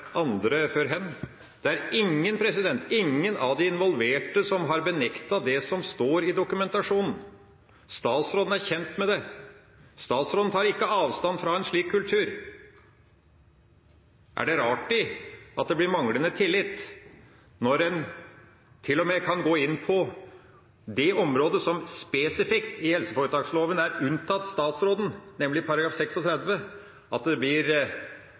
andre før. Det er ingen av de involverte som har benektet det som står i dokumentasjonen. Statsråden er kjent med det. Statsråden tar ikke avstand fra en slik kultur. Er det rart at det blir manglende tillit til det som skjer når en til og med kan gå inn på det området som spesifikt i helseforetaksloven er unntatt statsråden, nemlig § 36? Hvis det